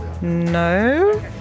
No